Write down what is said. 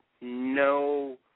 no